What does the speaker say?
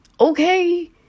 Okay